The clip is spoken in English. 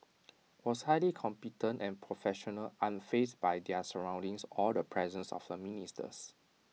was highly competent and professional unfazed by their surroundings or the presence of the ministers